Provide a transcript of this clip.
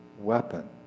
weapon